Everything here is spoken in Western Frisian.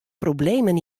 problemen